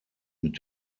mit